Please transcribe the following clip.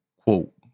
Quote